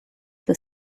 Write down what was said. the